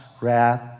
wrath